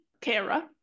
Kara